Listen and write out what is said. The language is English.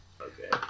Okay